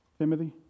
Timothy